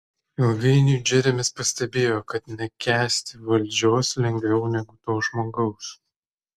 ilgainiui džeremis pastebėjo kad nekęsti valdžios lengviau negu to žmogaus